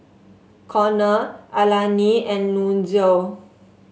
Konner Alani and Nunzio